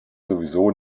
sowieso